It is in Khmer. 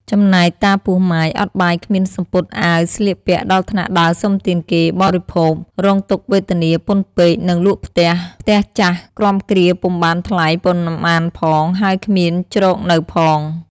ចំណែកតាពោះម៉ាយ អត់បាយគ្មានសំពត់អាវស្លៀកពាក់ដល់ថ្នាក់ដើរសុំទានគេ បរិភោគ រងទុក្ខវេទនាពន់ពេកនឹងលក់ផ្ទះៗចាស់គ្រាំគ្រាពុំបានថ្លៃប៉ុន្មានផង ហើយគ្មានជ្រកនៅផង ។